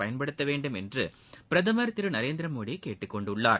பயன்படுத்த வேண்டுமென்று பிரதமர் திரு நரேந்திரமோடி கேட்டுக் கொண்டுள்ளார்